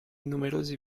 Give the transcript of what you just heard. numerosi